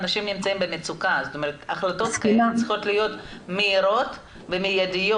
אנשים נמצאים במצוקה וההחלטות צריכות להיות מהירות ומיידיות.